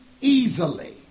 easily